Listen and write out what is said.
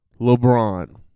LeBron